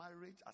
marriage